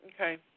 Okay